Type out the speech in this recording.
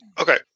okay